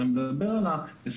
אלא אני מדבר על 20,